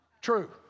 True